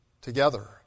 together